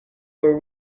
were